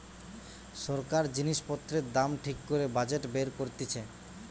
সরকার জিনিস পত্রের দাম ঠিক করে বাজেট বের করতিছে